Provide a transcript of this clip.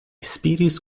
spiris